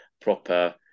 proper